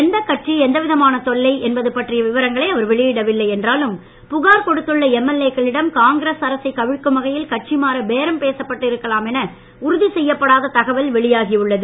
எந்தக் கட்சி எந்தவிதமான தொல்லை என்பது பற்றிய விபரங்களை அவர் வெளியிடவில்லை என்றாலும் புகார் கொடுத்துள்ள எம்எல்ஏ க்களிடம் காங்கிரஸ் அரசை கவிழ்கும் வகையில் கட்சி மாற பேரம் பேசப்பட்டு இருக்கலாம் என செய்யப்படாத தகவல் வெளியாகியுள்ளது